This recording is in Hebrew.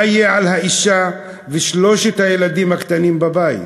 מה יהיה על האישה ושלושת הילדים הקטנים בבית?